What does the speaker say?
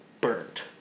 burnt